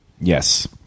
Yes